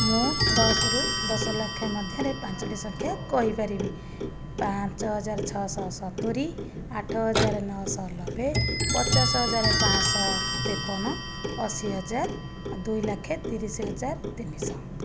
ମୁଁ ଦଶରୁ ଦଶଲକ୍ଷ ମଧ୍ୟରେ ପାଞ୍ଚୋଟି ସଂଖ୍ୟା କହିପାରିବି ପାଞ୍ଚହଜାର ଛଅଶହ ସତୁରି ଆଠହଜାର ନଅଶହ ନବେ ପଚାଶହଜାର ପାଞ୍ଚଶହ ତେପନ ଅଶୀହଜାର ଦୁଇଲକ୍ଷ ତିରିଶହଜାର ତିନିଶହ